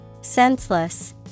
Senseless